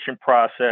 process